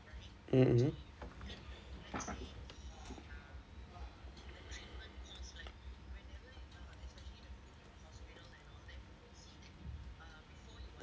mmhmm